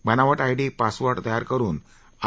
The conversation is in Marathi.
बनावट आयडी पासवर्ड तयार करुन आय